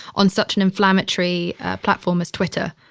on such an inflammatory platform as twitter?